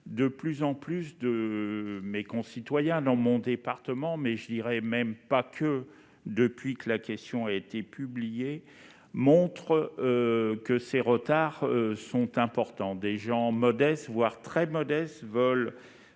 De plus en plus de nos concitoyens, dans mon département, mais aussi ailleurs, se sont manifestés depuis que ma question a été publiée : cela montre que ces retards sont importants. Des gens modestes, voire très modestes, veulent